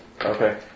Okay